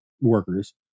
workers